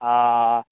ओ